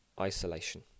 isolation